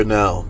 now